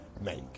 make